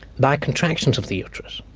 by contractions of the uterus.